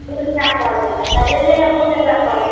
जो इच्छा पड़े अच्छा दे देंगे आपको जैसा पड़े